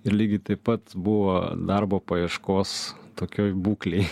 ir lygiai taip pat buvo darbo paieškos tokioj būklėj